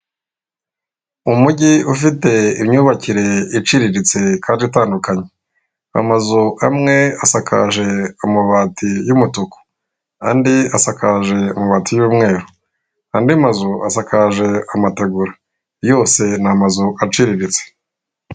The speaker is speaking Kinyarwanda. Umujyi ufite imyubakire iciriritse kandi atandukanye, amazuka amwe asakaje amabati y'umutuku andi asakaje amabati y'umweru andi mazusakaje amatagura yose ni amazu aciriritse.